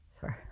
sorry